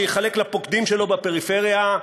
שיחלק לפוקדים שלו בפריפריה?